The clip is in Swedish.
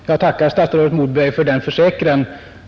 Herr talman! Jag tackar statsrådet Moberg för denna försäkran.